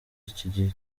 iki